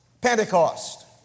Pentecost